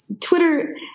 Twitter